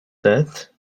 death